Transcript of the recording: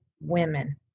women